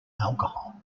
alcohol